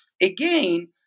again